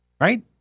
right